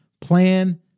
plan